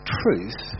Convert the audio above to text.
truth